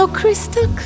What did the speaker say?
crystal